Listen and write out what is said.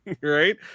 right